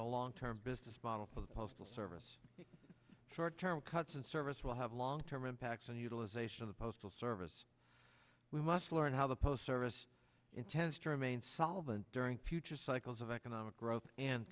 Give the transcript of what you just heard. the long term business model for the postal service short term cuts and service will have long term impacts on the utilization of the postal service we must learn how the post service intends to remain solvent during future cycles economic growth and